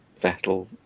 Vettel